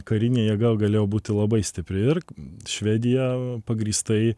karinė jėga galėjo būti labai stipri ir švedija pagrįstai